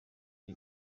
ari